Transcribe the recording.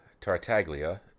Tartaglia